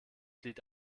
glied